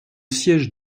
siège